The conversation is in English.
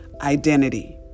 identity